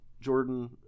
Jordan